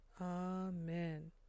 Amen